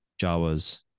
Jawas